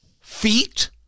feet